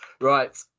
Right